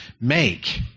make